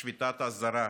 שביתת אזהרה